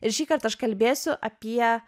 ir šįkart aš kalbėsiu apie